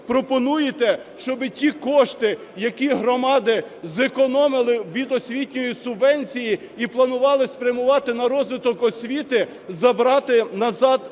пропонуєте, щоби ті кошти, які громади зекономили від освітньої субвенції і планували спрямувати на розвиток освіти, забрати назад до